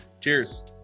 Cheers